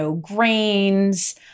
grains